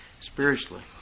spiritually